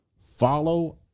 follow